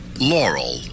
Laurel